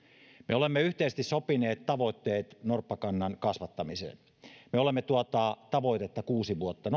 me olemme yhteisesti sopineet tavoitteet norppakannan kasvattamiseen me olemme tuota tavoitetta noin kuusi vuotta